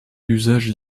d’usage